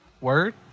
Word